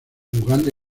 uganda